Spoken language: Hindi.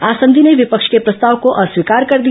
आसंदी ने विपक्ष के प्रस्ताव को अस्वीकार कर दिया